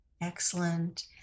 Excellent